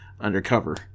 undercover